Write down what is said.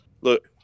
look